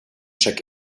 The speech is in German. check